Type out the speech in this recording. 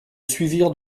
suivirent